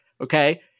Okay